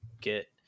get